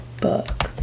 Book